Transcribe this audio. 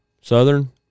Southern